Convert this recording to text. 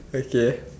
okay